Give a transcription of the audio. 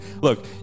Look